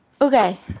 Okay